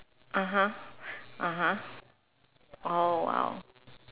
(uh huh) (uh huh) oh !wow!